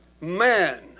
man